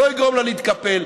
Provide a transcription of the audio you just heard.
לא יגרום לה להתקפל: